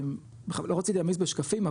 לא רציתי להעמיס בשקפים,